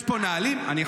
יש פה נהלים --- מה?